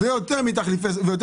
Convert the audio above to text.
ואף מסוכן יותר מסוכר,